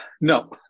No